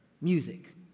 Music